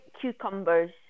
cucumbers